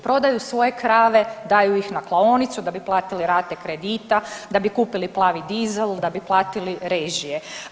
Prodaju svoje krave, daju ih na klaonicu da bi platili rate kredita, da bi kupili plavi dizel, da bi platili režije.